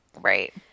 Right